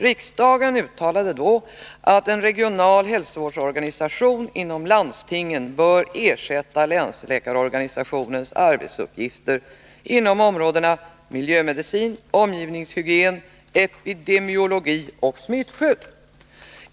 Riksdagen uttalade därvid att en regional hälsovårdsorganisation inom landstingen bör ersätta länsläkarorganisationens arbetsuppgifter inom områdena miljömedicin, omgivningshygien, epidemiologi och smittskydd.